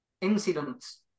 incidents